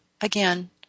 again